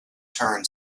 turn